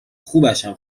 خوبشم